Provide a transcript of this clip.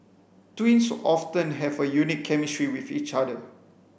twins often have a unique chemistry with each other